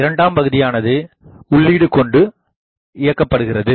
2 ஆம் பகுதியானது உள்ளீடு கொண்டுஇயக்கப்படுகிறது